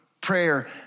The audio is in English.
prayer